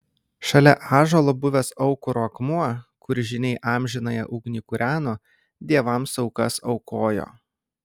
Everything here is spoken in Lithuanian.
šalia ąžuolo buvęs aukuro akmuo kur žyniai amžinąją ugnį kūreno dievams aukas aukojo